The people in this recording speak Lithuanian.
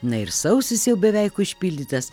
na ir sausis jau beveik užpildytas